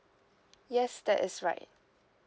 yes that is right